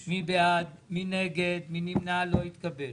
אנחנו הולכים איתכם כברת דרך לא קטנה,